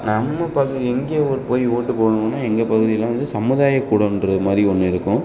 நம்ம பகுதி எங்கே ஓட் போய் ஓட்டு போடணும்னா எங்கள் பகுதியில வந்து சமுதாய கூடன்ற மாதிரி ஒன்று இருக்கும்